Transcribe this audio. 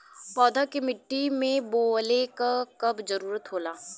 पौधा के मिट्टी में बोवले क कब जरूरत होला